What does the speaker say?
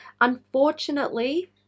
Unfortunately